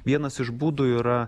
vienas iš būdų yra